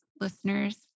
listeners